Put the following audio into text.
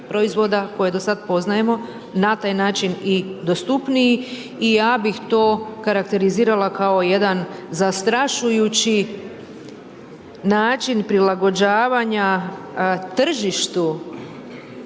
koje do sad poznajemo, na taj način i dostupniji i ja bih to karakterizirala kao jedan zastrašujući način prilagođavanja tržištu